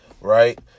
right